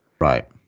Right